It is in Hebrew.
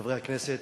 חברי הכנסת,